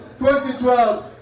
2012